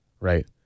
right